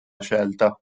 scelta